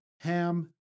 Ham